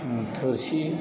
थुरसि